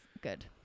good